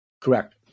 Correct